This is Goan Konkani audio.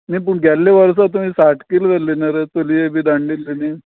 न्ही पूण गेल्ले वर्सा तुवें साठ कील व्हेल्लें न्ही रे चलये बी धाडून दिल्ले न्ही